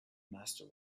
master